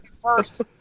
first